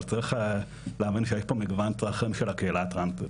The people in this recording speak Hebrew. אבל צריך להבין שיש פה מגוון רחב של צרכים לקהילה הטרנסית.